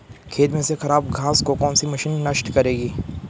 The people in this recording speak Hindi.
खेत में से खराब घास को कौन सी मशीन नष्ट करेगी?